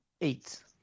eight